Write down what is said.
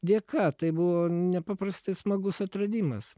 dėka tai buvo nepaprastai smagus atradimas